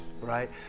right